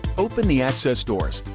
open the access doors.